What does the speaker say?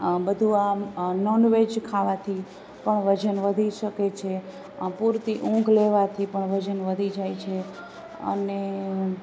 બધું આમ નોનવેજ ખાવાથી પણ વજન વધી શકે છે પૂરતી ઊંઘ લેવાથી પણ વજન વધી જાય છે અને